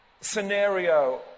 scenario